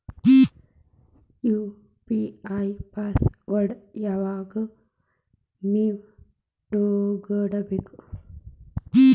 UPI password ನ ಯಾವಾಗ್ಲು ನೆನ್ಪಿಟ್ಕೊಂಡಿರ್ಬೇಕು